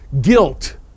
guilt